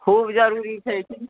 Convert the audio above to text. खूब जरूरी छै की